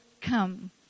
come